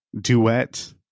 duet